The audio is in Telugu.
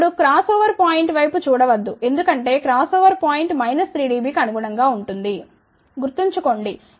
ఇప్పుడు క్రాస్ ఓవర్ పాయింట్ వైపు చూడ వద్దు ఎందుకంటే క్రాస్ ఓవర్ పాయింట్ మైనస్ 3 డిబికి అనుగుణంగా ఉంటుంది గుర్తుంచుకోండి ఇది మాకు 0